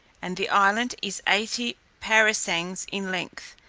and the island is eighty parasangs in length,